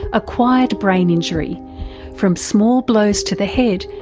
acquired brain injury from small blows to the head,